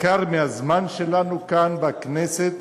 ניכר מהזמן שלנו כאן, בכנסת,